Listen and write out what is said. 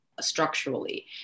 structurally